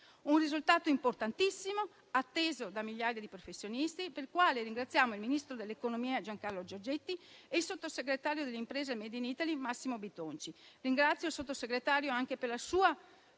un risultato questo importantissimo, atteso da migliaia di professionisti, per il quale ringraziamo il ministro dell'economia Giancarlo Giorgetti e il sottosegretario di Stato per le imprese e il made in Italy Massimo Bitonci. Ringrazio il Sottosegretario anche per la sua